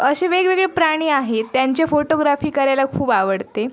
असे वेगवेगळे प्राणी आहेत त्यांचे फोटोग्राफी करायला खूप आवडते